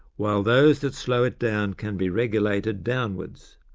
while those that slow it down can be regulated downwards.